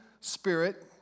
spirit